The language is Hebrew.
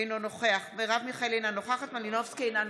אינו נוכח מרב מיכאלי, אינה נוכחת